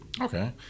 okay